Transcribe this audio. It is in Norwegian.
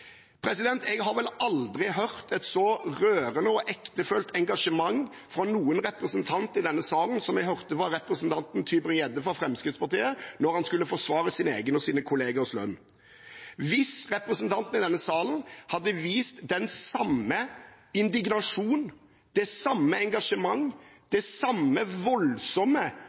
Jeg har vel aldri hørt et så rørende og ektefølt engasjement fra noen representant i denne salen som det jeg hørte fra representanten Tybring-Gjedde fra Fremskrittspartiet da han skulle forsvare sin egen og sine kollegers lønn. Hvis representantene i denne salen hadde vist den samme indignasjonen, det samme engasjementet og den samme voldsomme